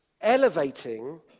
elevating